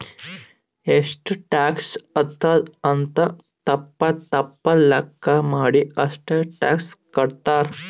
ಎಷ್ಟು ಟ್ಯಾಕ್ಸ್ ಆತ್ತುದ್ ಅಂತ್ ತಪ್ಪ ತಪ್ಪ ಲೆಕ್ಕಾ ಮಾಡಿ ಅಷ್ಟೇ ಟ್ಯಾಕ್ಸ್ ಕಟ್ತಾರ್